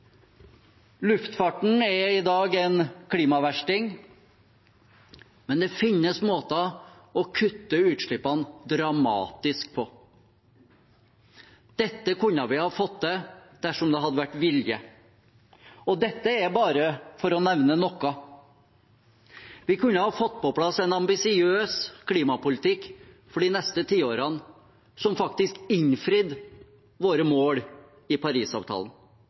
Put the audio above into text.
Luftfarten er i dag en klimaversting, men det finnes måter å kutte utslippene dramatisk på. Dette kunne vi ha fått til dersom det hadde vært vilje, og dette er bare for å nevne noe. Vi kunne ha fått på plass en ambisiøs klimapolitikk for de neste tiårene som faktisk innfridde våre mål i Parisavtalen.